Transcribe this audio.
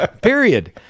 period